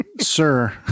Sir